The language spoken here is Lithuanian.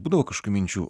būdavo kažkių minčių